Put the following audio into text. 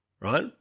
right